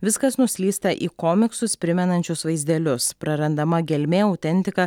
viskas nuslysta į komiksus primenančius vaizdelius prarandama gelmė autentika